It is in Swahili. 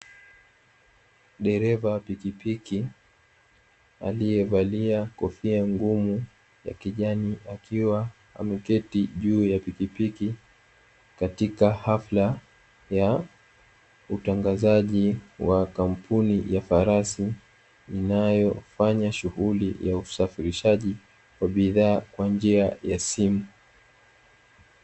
Dereva wa pikipiki aliyevalia kofia ngumu ya kijani, akiwa ameketi juu ya pikipiki katika hafla ya utangazaji wa kampuni ya farasi inayofanya shughuli ya usafirishaji wa bidhaa kwa njia ya simu.